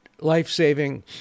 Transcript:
life-saving